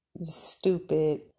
stupid